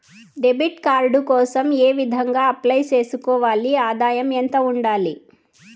Debit card కోసం ఏ విధంగా అప్లై సేసుకోవాలి? ఆదాయం ఎంత ఉండాలి?